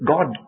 God